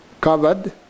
covered